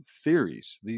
theories